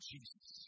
Jesus